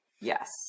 Yes